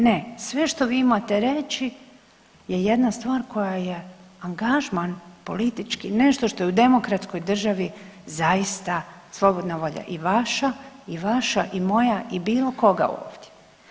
Ne, sve što vi imate reći je jedna stvar koja je angažman politički nešto što je u demokratskoj državi zaista slobodna volja i vaša i moja i bilo koga ovdje.